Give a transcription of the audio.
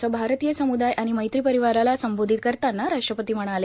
असं भारतीय समुदाय आणि मैत्री परिवाराला संबोधित करताना राष्ट्रपती म्हणाले